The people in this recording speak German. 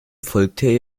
folgte